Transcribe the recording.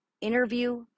interview